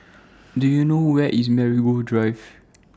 Do YOU know Where IS Marigold Drive